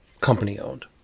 company-owned